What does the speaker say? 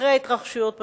אחרי ההתרחשויות בשטחים,